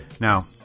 Now